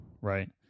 Right